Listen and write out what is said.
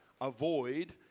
avoid